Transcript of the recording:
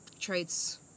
traits